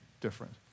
different